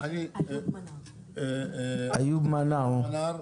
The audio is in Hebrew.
איוב מנאר,